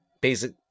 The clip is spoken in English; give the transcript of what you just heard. basic